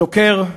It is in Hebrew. הדוקר,